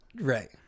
right